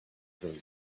through